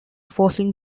forcing